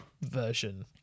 version